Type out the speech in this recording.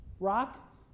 Rock